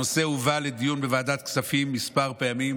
הנושא הובא לדיון בוועדת הכספים כמה פעמים